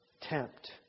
tempt